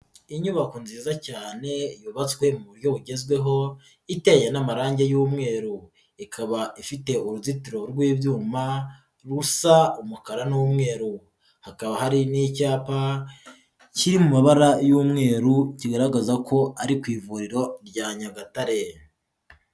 Unyubako nziza cyane yubatswe mu buryo bugezweho iteye n'amarangi y'umweru ikaba ifite uruzitiro rw'ibyuma rusa umukara n'umweru, hakaba hari n'icyapa kiri mu mabara y'umweru kigaragaza ko ari ku ivuriro rya Nyagatare.